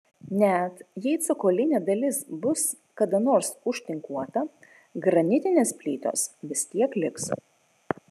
net jei cokolinė dalis bus kada nors užtinkuota granitinės plytos vis tiek liks